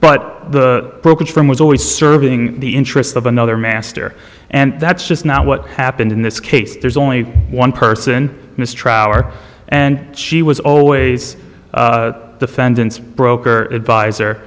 but the brokerage firm was always serving the interest of another master and that's just not what happened in this case there's only one person mistry hour and she was always the fenton's broker advisor